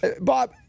Bob